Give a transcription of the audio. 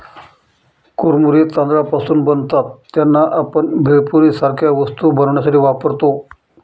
कुरमुरे तांदळापासून बनतात त्यांना, आपण भेळपुरी सारख्या वस्तू बनवण्यासाठी वापरतो